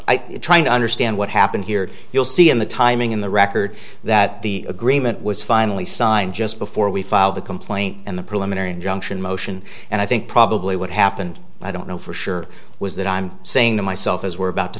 it trying to understand what happened here you'll see in the timing in the record that the agreement was finally signed just before we filed the complaint and the preliminary injunction motion and i think probably what happened i don't know for sure was that i'm saying to myself as we're about to